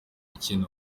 mikino